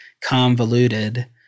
convoluted